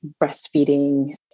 breastfeeding